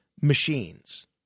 machines